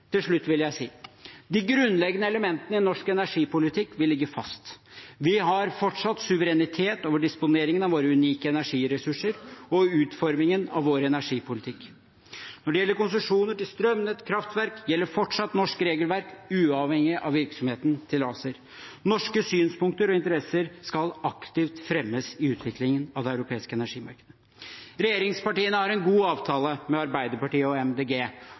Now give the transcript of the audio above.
Til slutt vil jeg si: De grunnleggende elementene i norsk energipolitikk vil ligge fast. Vi har fortsatt suverenitet over disponeringen av våre unike energiressurser og utformingen av vår energipolitikk. Når det gjelder konsesjoner til strømnett og kraftverk, gjelder fortsatt norsk regelverk, uavhengig av virksomheten til ACER. Norske synspunkter og interesser skal aktivt fremmes i utviklingen av det europeiske energimarkedet. Regjeringspartiene har en god avtale med Arbeiderpartiet og MDG.